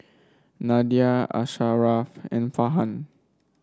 Nadia Asharaff and Farhan